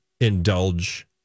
indulge